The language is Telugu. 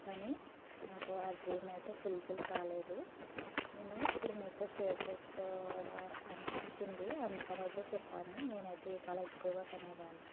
కానీ నాకు ఆ డ్రీమ్ అయితే ఫుల్ఫిల్ కాలేదు నేను ఇప్పుడు మీతో షేర్ చేసుకోవాలి అనిపించింది అందుకు అయితే చెప్పాను నేనైతే ఈ కల ఎక్కువగా కనేదాన్ని